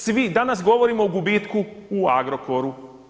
Svi, danas govorimo o gubitku o Agrokoru.